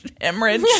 hemorrhage